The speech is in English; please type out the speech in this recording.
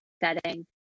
setting